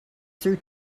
through